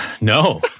No